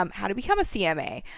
um how to become a cma,